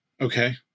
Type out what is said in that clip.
Okay